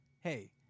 hey